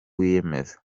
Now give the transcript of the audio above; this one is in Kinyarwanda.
kwiyemeza